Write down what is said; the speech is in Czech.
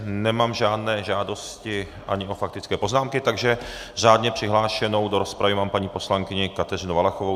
Nemám žádné žádosti ani o faktické poznámky, takže řádně přihlášenou do rozpravy mám paní poslankyni Kateřinu Valachovou.